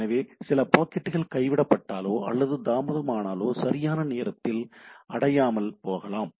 எனவே சில பாக்கெட்டுகள் கைவிடப்பட்டாலோ அல்லது தாமதமானாலோ சரியான நேரத்தில் அடையாமல் போகலாம்